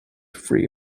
free